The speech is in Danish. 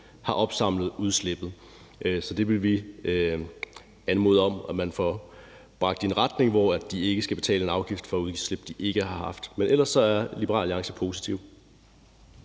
har opsamlet udslippet. Så det vil vi anmode om at man får bragt i en retning, hvor de ikke skal betale en afgift for et udslip, de ikke har haft. Men ellers er Liberal Alliance positive.